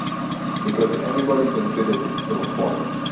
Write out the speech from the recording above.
because everybody considers it so foreign,